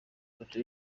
ifoto